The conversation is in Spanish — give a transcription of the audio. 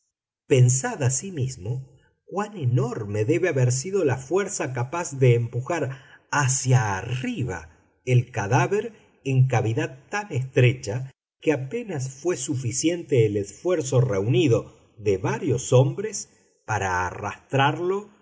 los hombres pensad asimismo cuán enorme debe haber sido la fuerza capaz de empujar hacia arriba el cadáver en cavidad tan estrecha que apenas fué suficiente el esfuerzo reunido de varios hombres para arrastrarlo